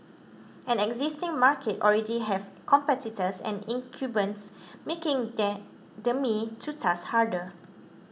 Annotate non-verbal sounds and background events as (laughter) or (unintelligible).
an existing market already has competitors and incumbents making (unintelligible) the me too task harder